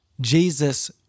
Jesus